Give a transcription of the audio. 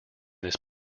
this